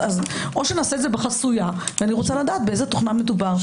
או נעשה את זה בחסויה אני רוצה לדעת באיזו תוכנה מדובר,